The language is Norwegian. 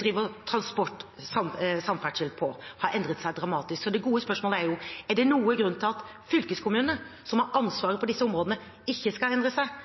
driver samferdsel på, har endret seg dramatisk. Så det gode spørsmålet er: Er det noen grunn til at fylkeskommunene, som har ansvaret for disse områdene, ikke skal endre seg,